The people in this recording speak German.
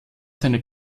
seine